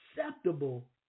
acceptable